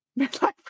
midlife